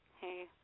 hey